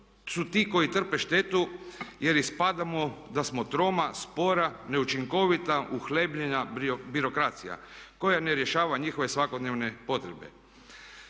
su ti koji trpe štetu jer ispadamo da smo troma, spora, neučinkovita, uhljebljena birokracija koja ne rješava njihove svakodnevne potrebe.